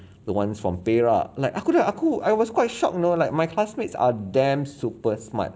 the ones from perak like aku dah aku I was quite shocked you know like my classmates are damn super smart